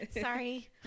Sorry